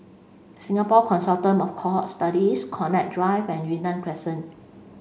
Singapore Consortium of Cohort Studies Connaught Drive and Yunnan Crescent